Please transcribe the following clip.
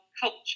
culture